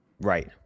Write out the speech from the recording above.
right